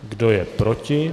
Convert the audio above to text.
Kdo je proti?